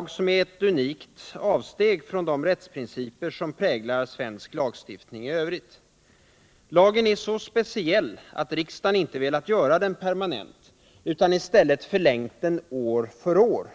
— som är ett unikt avsteg från de rättsprinciper som präglar svensk lagstiftning i övrigt. Lagen är så speciell att riksdagen inte velat göra den permanent utan i stället förlängt den år för år.